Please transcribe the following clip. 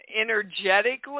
Energetically